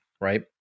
right